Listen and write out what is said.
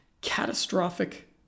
Catastrophic